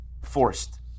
forced